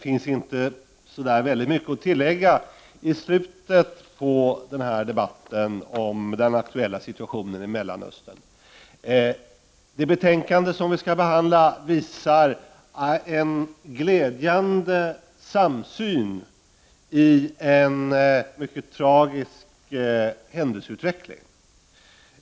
Herr talman! Det finns i slutet av debatten om den aktuella situationen i Mellanöstern inte så mycket att tillägga. I det betänkande som behandlas visas en glädjande samsyn i en mycket tragisk händelseutveckling.